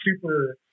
super